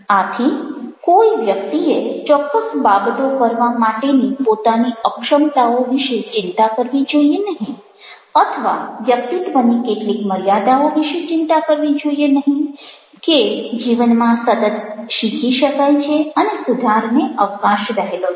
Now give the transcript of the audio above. આથી કોઈ વ્યક્તિએ ચોક્કસ બાબતો કરવા માટેની પોતાની અક્ષમતાઓ વિશે ચિંતા કરવી જોઈએ નહીં અથવા વ્યક્તિત્વની કેટલીક મર્યાદાઓ વિશે ચિંતા કરવી જોઈએ નહીં કે જીવનમાં સતત શીખી શકાય છે અને સુધારને અવકાશ રહેલો છે